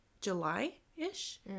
July-ish